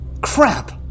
Crap